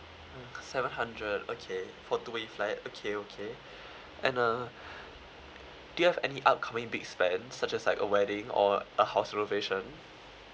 mm seven hundred okay for two way flight okay okay and uh do you have any upcoming big spend such as like a wedding or a house renovation